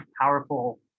powerful